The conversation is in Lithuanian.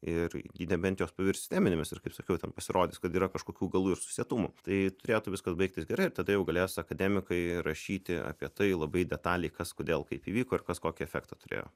ir nebent jos pavirs teminėmis ir kaip sakiau ten pasirodys kad yra kažkokių galų ir susietumų tai turėtų viskas baigtis gerai ir tada jau galės akademikai rašyti apie tai labai detaliai kas kodėl kaip įvyko ir kas kokį efektą turėjo